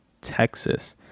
Texas